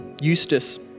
Eustace